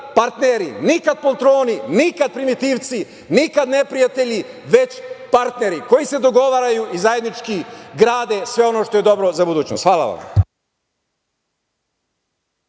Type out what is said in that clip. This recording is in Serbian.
partneri, nikad poltroni, nikad primitivci, nikad neprijatelji, već partneri koji se dogovaraju i zajednički grade sve ono što je dobro za budućnost. Hvala vam.